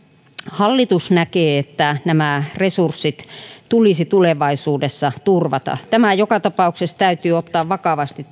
hallitus näkee että nämä resurssit tulisi tulevaisuudessa turvata tämä perustuslakivaliokunnan huomio joka tapauksessa täytyy ottaa vakavasti